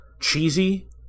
cheesy